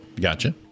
gotcha